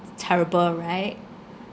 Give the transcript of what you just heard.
terrible right